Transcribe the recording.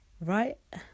Right